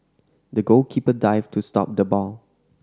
the goalkeeper dived to stop the ball